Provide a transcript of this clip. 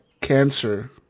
cancer